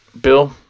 Bill